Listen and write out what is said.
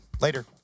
Later